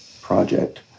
project